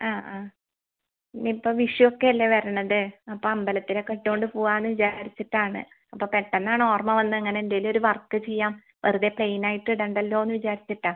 ആ ആ ഇനി ഇപ്പോൾ വിഷു ഒക്കെ അല്ലേ വരുന്നത് അപ്പം അമ്പലത്തിലൊക്കെ ഇട്ടുകൊണ്ട് പോവാമെന്ന് വിചാരിച്ചിട്ടാണ് അപ്പം പെട്ടെന്നാണ് ഓർമ്മ വന്നത് അങ്ങനെ എന്തെങ്കിലുമൊരു വർക്ക് ചെയ്യാം വെറുതെ പ്ലെയിൻ ആയിട്ട് ഇടേണ്ടല്ലോ എന്ന് വിചാരിച്ചിട്ടാണ്